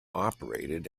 operated